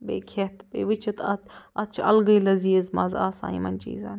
بیٚیہِ کھٮ۪تھ بیٚیہِ وُچھِتھ اَتھ اَتھ چھُ الگٕے لٔزیٖز مزٕ آسان یِمن چیٖزن